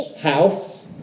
House